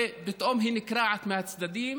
ופתאום היא נקרעת מהצדדים